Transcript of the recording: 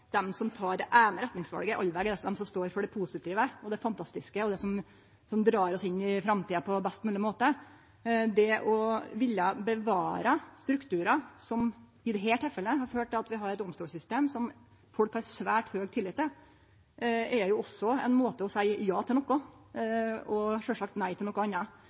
dei som tek det eine retningsvalet, alltid er dei som står for det positive og det fantastiske og det som drar oss inn i framtida på best mogleg måte. Det å ville bevare strukturar, som i dette tilfellet har ført til at vi har eit domstolssystem som folk har svært høg tillit til, er jo også ein måte å seie ja til noko på, og sjølvsagt nei til noko anna.